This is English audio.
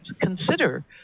consider